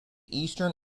eastern